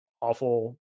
awful